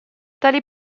tali